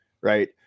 right